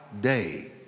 day